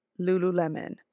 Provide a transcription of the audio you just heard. Lululemon